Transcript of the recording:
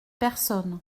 personnes